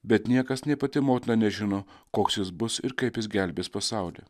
bet niekas nė pati motina nežino koks jis bus ir kaip jis gelbės pasaulį